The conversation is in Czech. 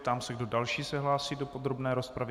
Ptám se, kdo další se hlásí do podrobné rozpravy.